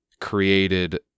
created